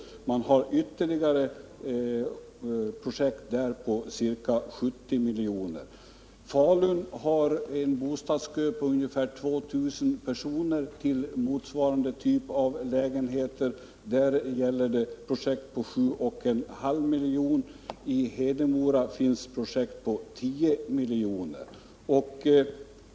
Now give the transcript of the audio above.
Man har i Borlänge ytterligare projekt på ca 70 milj.kr. Falun har en bostadskö på ungefär 2 000 personer till motsvarande typ av lägenheter. Där gäller det projekt på 7,5 milj.kr. I Hedemora finns projekt på 10 milj.kr.